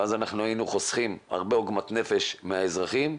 ואז היינו חוסכים הרבה עוגמת נפש מהאזרחים,